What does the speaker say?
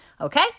Okay